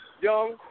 Young